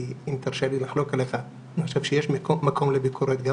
אם תרשה לי לחלוק עליך: אני חושב שיש מקום לביקורת גם